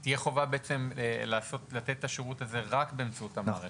תהיה חובה לתת את השירות הזה רק באמצעות המערכת?